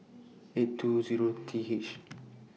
eight two Zero T H